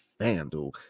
FanDuel